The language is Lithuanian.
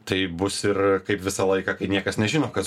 taip bus ir kaip visą laiką kai niekas nežino kas